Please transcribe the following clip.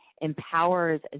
empowers